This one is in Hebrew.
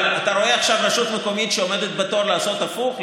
אבל אתה רואה עכשיו רשות מקומית שעומדת בתור לעשות הפוך,